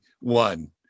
one